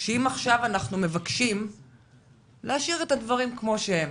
שאם עכשיו אנחנו מבקשים להשאיר את הדברים כמו שהם,